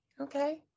Okay